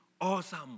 awesome